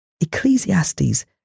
Ecclesiastes